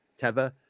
teva